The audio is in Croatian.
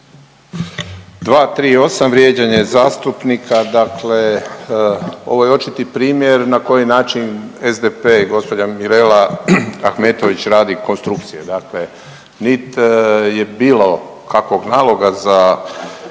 238. vrijeđanje zastupnika, dakle ovo je očiti primjer na koji način SDP i gđa. Mirela Ahmetović radi konstrukcije, dakle nit je bilo kakvog naloga za